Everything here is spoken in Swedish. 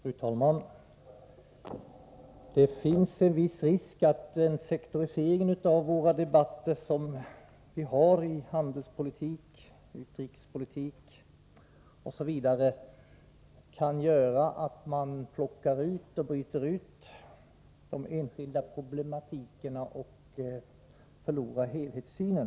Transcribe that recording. Fru talman! Det finns en viss risk för att den sektorisering som vi har av debatterna när det gäller handelspolitik, utrikespolitik, osv. kan göra att man bryter ut de enskilda problemen och förlorar helhetssynen.